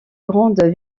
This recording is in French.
grandes